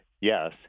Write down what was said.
yes